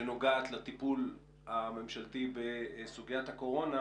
שנוגעת לטיפול הממשלתי בסוגיית הקורונה,